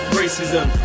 racism